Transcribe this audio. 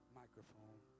microphone